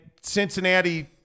Cincinnati